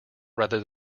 rather